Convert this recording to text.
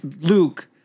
Luke